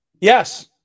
Yes